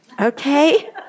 Okay